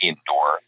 indoor